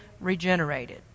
regenerated